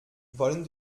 wollen